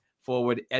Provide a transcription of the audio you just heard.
forward